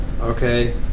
okay